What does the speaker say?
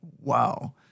Wow